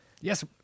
Yes